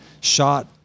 shot